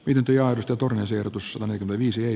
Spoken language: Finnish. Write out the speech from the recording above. pitempiaalto turhan sijoitus on aikamoinen syy